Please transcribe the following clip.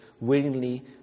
willingly